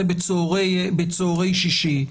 בצהרי שישי.